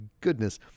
goodness